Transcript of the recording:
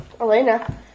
Elena